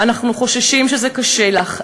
"אנחנו חוששים שזה קשה לך",